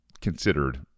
considered